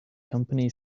company